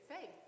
Faith